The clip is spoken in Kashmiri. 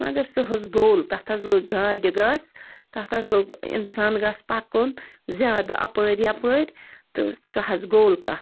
مگر سُہ حظ گوٚل تَتھ حظ لوٚگ گاڑِ گَس تَتھ حظ لوٚگ اِنسان گَس پَکُن زیادٕ اَپٲرۍ یپٲرۍ تہٕ سُہ حظ گوٚل تَتھ